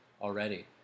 already